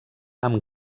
amb